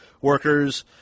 workers